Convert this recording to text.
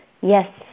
yes